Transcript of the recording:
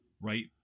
right